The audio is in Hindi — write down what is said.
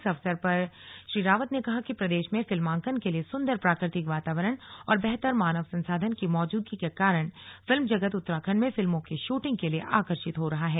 इस अवसर पर श्री रावत ने कहा कि प्रदेश में फिल्मांकन के लिए सुन्दर प्राकृतिक वातावरण और बेहतर मानव संसाधन की मौजूदगी के कारण फिल्म जगत उत्तराखण्ड में फिल्मों की शूटिंग के लिए आकर्षित हो रहा है